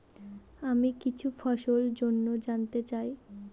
আমি কিছু ফসল জন্য জানতে চাই